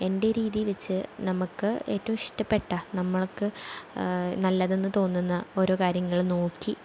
എന്റെ രീതി വച്ച് നമ്മൾക്ക് ഏറ്റവും ഇഷ്ടപ്പെട്ട നമ്മൾക്ക് നല്ലതെന്ന് തോന്നുന്ന ഓരോ കാര്യങ്ങൾ നോക്കി